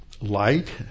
light